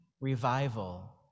revival